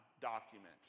document